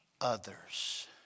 Others